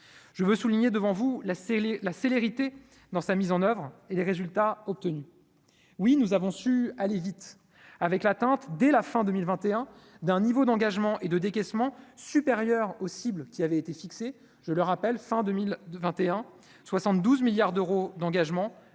je veux souligner devant vous là, scellé la célérité dans sa mise en oeuvre et les résultats obtenus, oui, nous avons su aller vite avec l'atteinte dès la fin 2021 d'un niveau d'engagement et de décaissements supérieur aux cibles qui avait été fixé, je le rappelle, fin 2021 72 milliards d'euros d'engagements